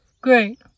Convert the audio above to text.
Great